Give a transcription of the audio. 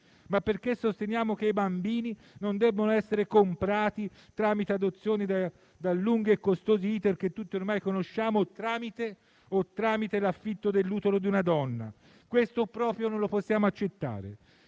ma perché sosteniamo che i bambini non debbano essere comprati tramite adozioni dai lunghi e costosi *iter* - che tutti ormai conosciamo - tramite l'affitto dell'utero di una donna: questo proprio non lo possiamo accettare.